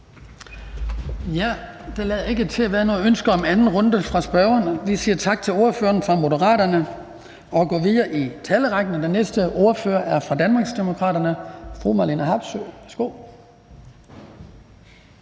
Der lader ikke til at være noget ønske om den anden korte bemærkning fra spørgerens side. Så siger vi tak til ordføreren for Moderaterne og går videre i talerækken. Den næste ordfører er fra Danmarksdemokraterne, og det er fru Marlene Harpsøe. Værsgo.